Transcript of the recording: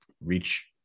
reach